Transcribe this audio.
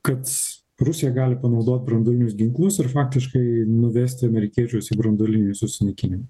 kad rusija gali panaudot branduolinius ginklus ir faktiškai nuvesti amerikiečius į branduolinį susinaikinimą